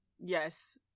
yes